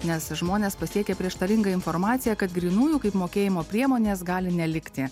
nes žmones pasiekia prieštaringa informacija kad grynųjų kaip mokėjimo priemonės gali nelikti